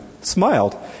smiled